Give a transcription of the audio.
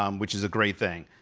um which is a great thing.